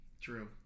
True